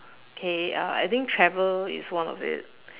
K uh I think travel is one of it